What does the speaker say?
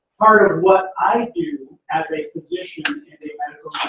part of what i do as a physician and a medical